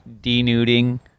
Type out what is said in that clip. denuding